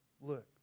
look